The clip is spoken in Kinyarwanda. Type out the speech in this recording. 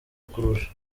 kurusha